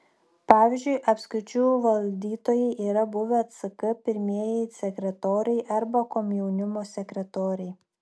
pavyzdžiui apskričių valdytojai yra buvę ck pirmieji sekretoriai arba komjaunimo sekretoriai